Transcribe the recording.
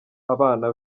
abana